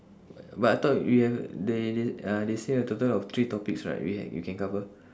but I thought you have they they uh they say a total of three topics right we ca~ we can cover